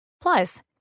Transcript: Plus